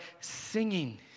singing